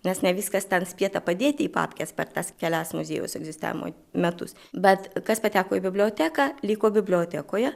nes ne viskas ten spėta padėti į papkes per tas kelias muziejaus egzistavimo metus bet kas pateko į biblioteką liko bibliotekoje